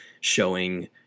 showing